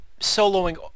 soloing